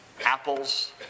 apples